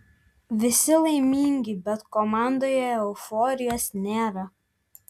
visi laimingi bet komandoje euforijos nėra